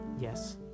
Yes